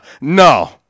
No